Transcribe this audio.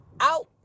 out